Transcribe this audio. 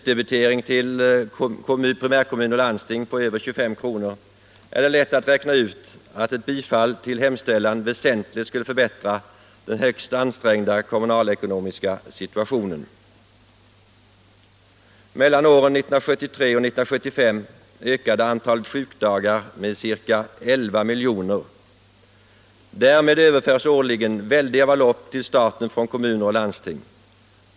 Det är lätt att räkna ut att ett bifall till hemställan väsentligt skulle förbättra den högst ansträngda kommunalekonomiska situationen — utdebiteringen till primärkommuner och landsting ligger ofta på över 25 kr. Mellan åren 1973 och 1975 ökade antalet sjukdagar med ca 11 miljoner. Därmed överförs årligen väldiga belopp till staten från kommuner och landsting.